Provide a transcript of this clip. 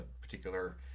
particular